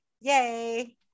yay